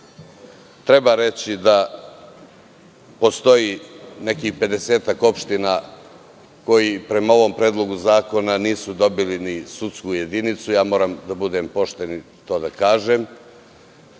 treba reći da postoji nekih pedesetak opština koje po ovom Predlogu zakona nisu dobili ni sudsku jedinicu, moram da budem pošten i da to kažem,